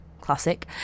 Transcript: classic